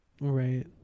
Right